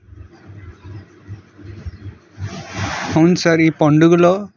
అవును సార్ ఈ పండుగలో